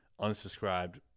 unsubscribed